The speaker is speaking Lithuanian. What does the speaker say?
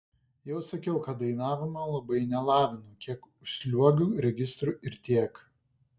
jau sakiau kad dainavimo labai nelavinu kiek užsliuogiu registru tiek